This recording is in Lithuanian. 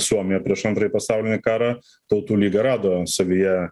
suomiją prieš antrąjį pasaulinį karą tautų lyga rado savyje